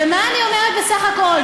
ומה אני אומרת, בסך הכול?